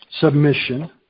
submission